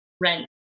rent